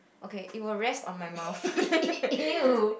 okay it will rest on my mouth